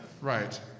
Right